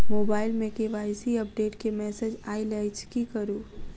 Mobile मे KYC update केँ message आइल अछि की करू?